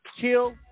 chill